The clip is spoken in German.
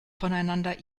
voneinander